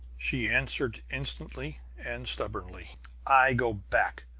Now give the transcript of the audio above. she answered instantly and stubbornly i go back.